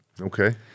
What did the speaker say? Okay